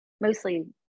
mostly